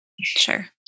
Sure